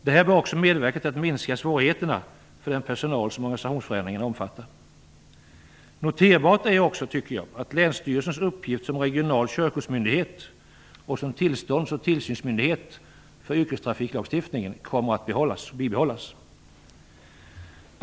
Det bör också medverka till att minska svårigheterna för den personal som organisationsförändringarna omfattar. Noterbart är också att länsstyrelsens uppgift som regional körkortsmyndighet och som tillstånds och tillsynsmyndighet för yrkestrafiklagstiftningen kommer att bibehållas.